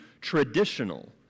traditional